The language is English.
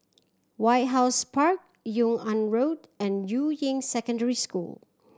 White House Park Yung An Road and Yuying Secondary School